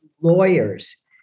lawyers